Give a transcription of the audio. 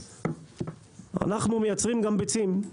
אנחנו מייצרים גם ביצים.